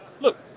look